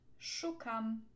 Szukam